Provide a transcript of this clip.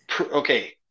okay